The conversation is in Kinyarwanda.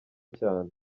cyane